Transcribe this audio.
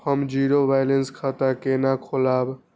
हम zero balance खाता केना खोलाब?